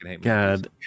god